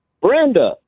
Brenda